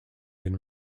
been